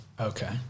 Okay